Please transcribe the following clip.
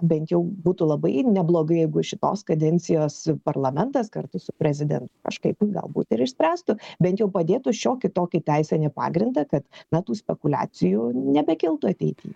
bent jau būtų labai neblogai jeigu šitos kadencijos parlamentas kartu su prezidentu kažkaip galbūt ir išspręstų bent jau padėtų šiokį tokį teisinį pagrindą kad na tų spekuliacijų nebekiltų ateity